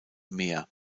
mehr